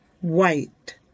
white